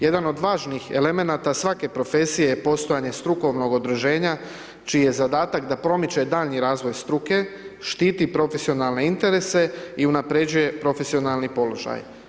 Jedan od važnih elemenata svake profesije je postojanje strukovnog udruženja, čiji je zadatak da promiče daljnji razvoj struke, štiti profesionalne interese i unapređuje profesionalni položaj.